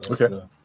Okay